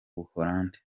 buholandi